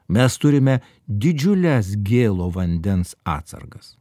mes turime didžiules gėlo vandens atsargas